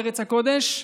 לארץ הקודש,